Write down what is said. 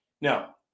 Now